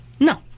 No